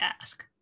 ask